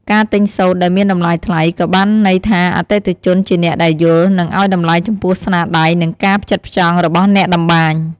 ការទិញសូត្រដែលមានតម្លៃថ្លៃ ក៏បានន័យថាអតិថិជនជាអ្នកដែលយល់ និងឲ្យតម្លៃចំពោះស្នាដៃ និងការផ្ចិតផ្ចង់របស់អ្នកតម្បាញ។